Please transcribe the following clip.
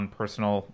personal